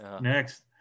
next